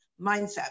mindset